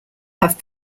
have